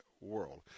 world